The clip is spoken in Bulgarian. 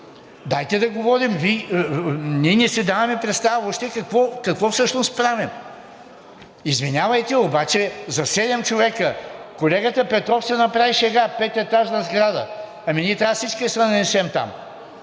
Дайте да говорим. Ние не си даваме представа въобще какво всъщност правим! Извинявайте, обаче за седем човека... Колегата Петров си направи шега – пететажна сграда. Ами ние трябва всички да се нанесем там!